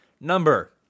number